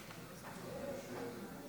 נתקבלו.